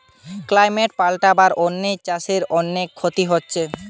climate পাল্টাবার জন্যে চাষের অনেক ক্ষতি হচ্ছে